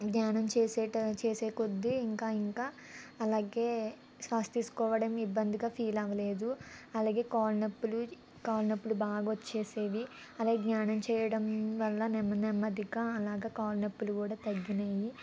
ధ్యానం చేసేట చేసేకొద్ది ఇంకా ఇంకా అలాగే శ్వాస తీసుకోవడం ఇబ్బందిగా ఫీల్ అవ్వలేదు అలాగే కాళ్ళనొప్పులు కాళ్ళ నొప్పులు బాగా వచ్చేవి అలాగే ధ్యానం చేయడం వల్ల నెమ్మది నెమ్మదిగా అలాగ కాళ్ళ నొప్పుడు కూడా తగ్గినాయి